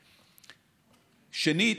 שנית,